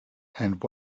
and